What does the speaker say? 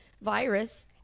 virus